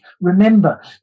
Remember